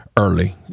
early